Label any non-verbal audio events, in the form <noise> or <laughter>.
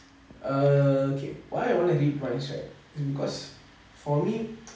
err okay why I want to read minds right is because for me <noise>